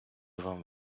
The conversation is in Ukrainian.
вам